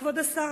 כבוד השר,